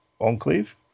Enclave